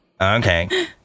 Okay